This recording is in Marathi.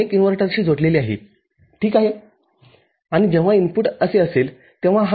ज्यानंतर हे लॉजिक उच्च मानले जाणार नाही ते सक्रिय विभागात जाईल हा भार सक्रिय विभागात प्रवेश करेल ठीक आहे